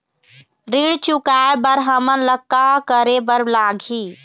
ऋण चुकाए बर हमन ला का करे बर लगही?